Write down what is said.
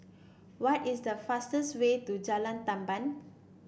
what is the fastest way to Jalan Tamban